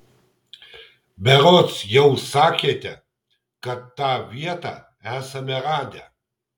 berods jau sakėte kad tą vietą esame radę